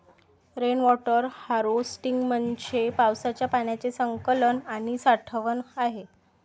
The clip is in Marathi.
रेन वॉटर हार्वेस्टिंग म्हणजे पावसाच्या पाण्याचे संकलन आणि साठवण आहे